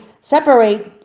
separate